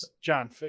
John